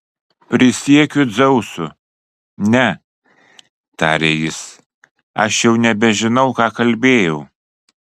prisiekiu dzeusu ne tarė jis aš jau nebežinau ką kalbėjau